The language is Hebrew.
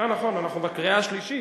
אנחנו בקריאה השלישית.